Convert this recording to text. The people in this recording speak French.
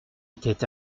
était